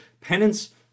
Penance